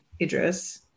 Idris